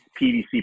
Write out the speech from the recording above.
PVC